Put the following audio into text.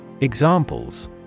Examples